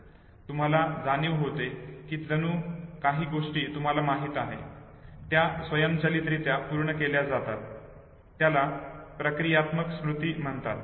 तुम्हाला जाणीव होते कि जणू काही गोष्टी तुम्हाला माहित आहे त्या स्वयंचलितरित्या पूर्ण केल्या जातात याला प्रक्रियात्मक स्मृती म्हणतात